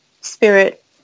spirit